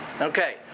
Okay